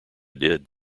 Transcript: did